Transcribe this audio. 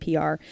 PR